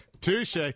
touche